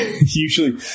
usually